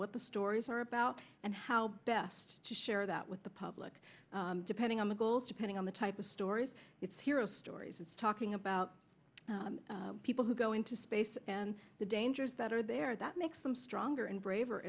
what the stories are about and how best to share that with the public depending on the goals depending on the type of stories it's hero stories it's talking about people who well into space and the dangers that are there that makes them stronger and braver